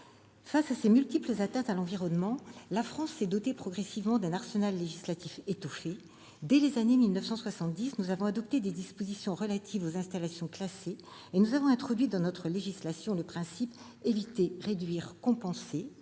Face à ces multiples atteintes à l'environnement, la France s'est progressivement dotée d'un arsenal législatif étoffé : dès les années 1970, nous avons adopté des dispositions relatives aux installations classées et avons introduit dans notre législation le principe « éviter-réduire-compenser »,